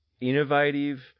innovative